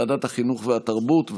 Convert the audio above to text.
ועדת החינוך והתרבות,